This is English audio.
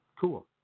cool